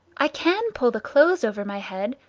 i can pull the clothes over my head,